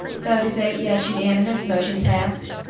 vote is eight yes, unanimous, motion passed.